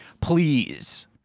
please